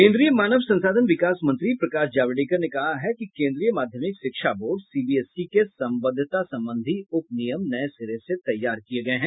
केन्द्रीय मानव संसाधन विकास मंत्री प्रकाश जावड़ेकर ने कहा है कि केन्द्रीय माध्यमिक शिक्षा board C B S E के संबद्धता संबंधी उपनियम नये सिरे से तैयार किए गये हैं